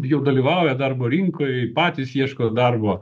jau dalyvauja darbo rinkoj patys ieško darbo